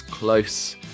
Close